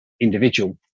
individual